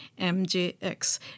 MJX